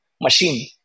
machine